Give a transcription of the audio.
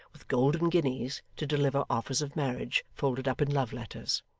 with golden guineas, to deliver offers of marriage folded up in love-letters!